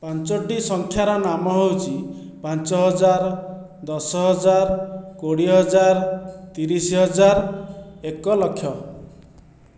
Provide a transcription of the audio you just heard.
ପାଞ୍ଚଟି ସଂଖ୍ୟାର ନାମ ହେଉଛି ପାଞ୍ଚହଜାର ଦଶହଜାର କୋଡ଼ିଏହଜାର ତିରିଶହଜାର ଏକଲକ୍ଷ